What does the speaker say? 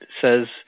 says